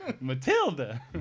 Matilda